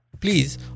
Please